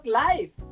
life